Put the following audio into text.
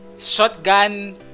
shotgun